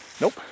Nope